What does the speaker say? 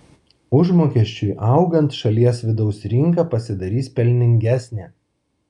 užmokesčiui augant šalies vidaus rinka pasidarys pelningesnė